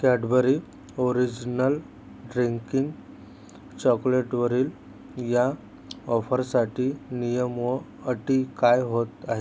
Cadbury original drinking चॉकलेटवरील या ऑफरसाठी नियम व अटी काय होत आहे